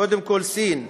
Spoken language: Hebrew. קודם כול סין,